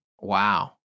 Wow